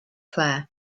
clair